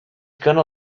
gonna